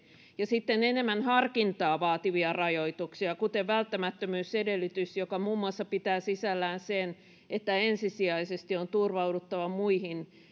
ja sitten enemmän harkintaa vaativia rajoituksia kuten välttämättömyysedellytys joka pitää sisällään muun muassa sen että ensisijaisesti on turvauduttava muihin